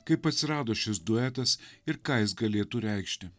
kaip atsirado šis duetas ir ką jis galėtų reikšti